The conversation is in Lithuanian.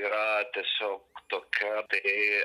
yra tiesiog tokia taigi